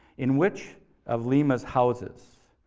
in which of lima's houses,